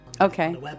Okay